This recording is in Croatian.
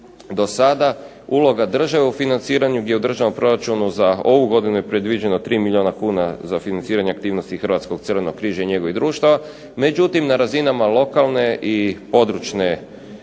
do sada uloga države u financiranju gdje u državnom proračunu za ovu godinu je predviđeno 3 milijuna kuna za financiranje aktivnosti Hrvatskog crvenog križa i njegovih društava. Međutim, na razinama lokalne i područne